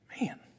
Man